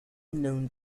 known